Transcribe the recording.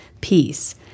peace